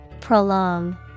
Prolong